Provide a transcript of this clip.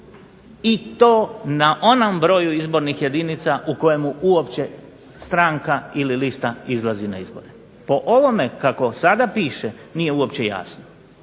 i to na onom broju izbornih jedinica u kojemu uopće stranka ili lista izlazi na izbore. Po ovome kako sada piše nije uopće jasno.